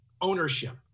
ownership